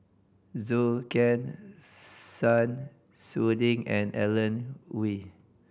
Zhou Can Sun Xueling and Alan Oei